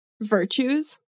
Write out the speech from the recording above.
virtues